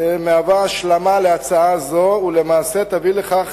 מהווה השלמה להצעה זאת, ולמעשה תביא לכך